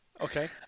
Okay